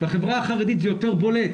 בחברה החרדית זה יותר בולט.